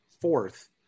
fourth